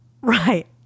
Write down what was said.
Right